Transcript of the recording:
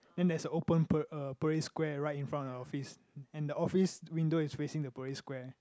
then there's a open pa~ uh parade square right in front of the office and the office window is facing the parade square